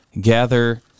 gather